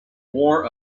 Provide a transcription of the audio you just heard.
wore